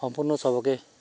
সম্পূৰ্ণ চবকে